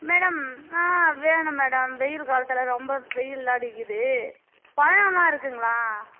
madam ஆஹூம் வேணாம் madam வெயில் காலத்தில் ரொம்ப வெயில் அடிக்கிறது பழம்லாம் இருக்குதுங்களா